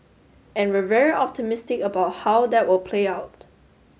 and we're very optimistic about how that will play out